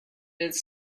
its